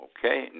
Okay